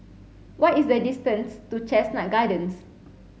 what is the distance to Chestnut Gardens